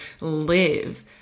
live